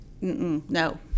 No